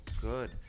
good